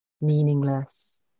Meaningless